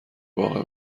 باغ